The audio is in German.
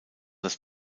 das